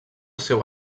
seu